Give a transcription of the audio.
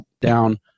down